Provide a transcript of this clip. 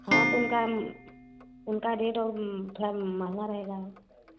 हाँ तो उनका उनका रेट थोड़ा महँगा रहेगा